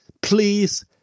Please